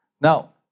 Now